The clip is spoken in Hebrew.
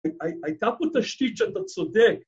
‫הייתה פה תשתית שאתה צודק.